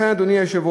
לכן, אדוני היושב-ראש,